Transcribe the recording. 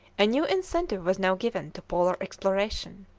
a new incentive was now given to polar exploration.